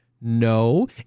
No